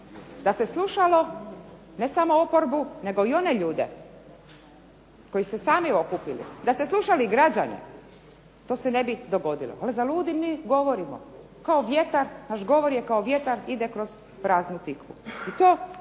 Da se slušalo ne samo oporbu nego i one ljude koji su se sami okupili, da ste slušali građane, to se ne bi dogodilo, ali zaludu mi govorimo, kao vjetar, naš govor je kao vjetar ide kroz praznu tikvu, i to